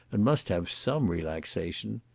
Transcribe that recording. and must have some relaxation.